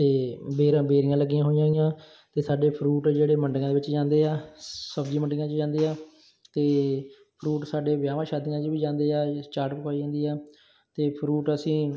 ਅਤੇ ਬੇਰ ਬੇਰੀਆਂ ਲੱਗੀਆਂ ਹੋਈਆਂ ਆ ਅਤੇ ਸਾਡੇ ਫਰੂਟ ਜਿਹੜੇ ਮੰਡੀਆਂ ਦੇ ਵਿੱਚ ਜਾਂਦੇ ਆ ਸਬਜ਼ੀ ਮੰਡੀਆਂ 'ਚ ਜਾਂਦੇ ਆ ਅਤੇ ਫਰੂਟ ਸਾਡੇ ਵਿਆਹਾਂ ਸ਼ਾਦੀਆਂ 'ਚ ਵੀ ਜਾਂਦੇ ਆ ਚਾਟ ਪਕਾਈ ਜਾਂਦੀ ਆ ਅਤੇ ਫਰੂਟ ਅਸੀਂ